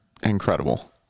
incredible